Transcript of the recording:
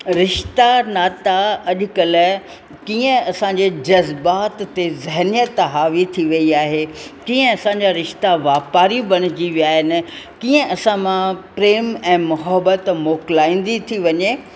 रिश्ता नाता अॼुकल्ह कीअं असांजे जज़्बात ते ज़हनियत हावी थी वई आहे कीअं असांजा रिश्ता वापारी बणिजी विया आहिनि कीअं असां मां प्रेम ऐं मोहबत मोकिलाईंदी थी वञे